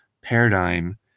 paradigm